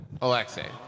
Alexei